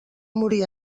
morir